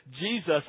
Jesus